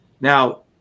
Now